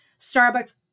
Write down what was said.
Starbucks